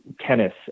tennis